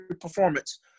performance